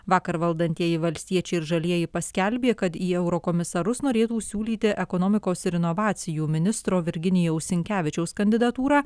vakar valdantieji valstiečiai ir žalieji paskelbė kad į eurokomisarus norėtų siūlyti ekonomikos ir inovacijų ministro virginijaus sinkevičiaus kandidatūrą